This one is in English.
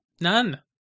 None